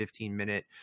15-minute